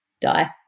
Die